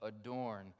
adorn